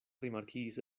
rimarkigis